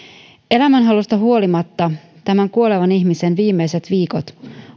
elämänhalusta huolimatta tämän kuolevan ihmisen viimeiset viikot